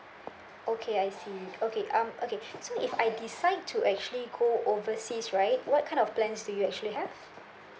okay I see okay um okay so if I decide to actually go overseas right what kind of plans do you actually have